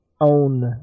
own